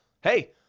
hey